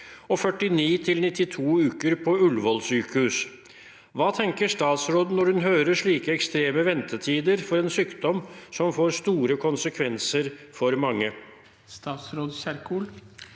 og 49 til 92 uker på Ullevål sykehus. Hva tenker statsråden når hun hører slike ekstreme ventetider for en sykdom som får store konsekvenser for mange?»